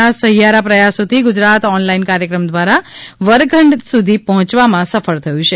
ના સહિયારા પ્રયાસોથી ગુજરાત ઓનલાઇન કાર્યક્રમ દ્વારા વર્ગખંડ સુધી પહોંચવામાં સફળ થયું છે